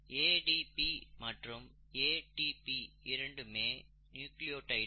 ADP மற்றும் ATP இரண்டுமே நியூக்ளியோடைடுகள்